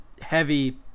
heavy